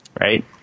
right